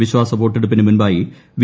വിശ്വാസ വോട്ടെടുപ്പിന് മുൻപായി വി